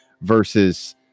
versus